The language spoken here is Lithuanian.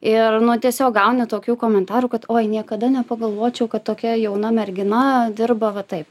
ir nu tiesiog gauni tokių komentarų kad oi niekada nepagalvočiau kad tokia jauna mergina dirba va taip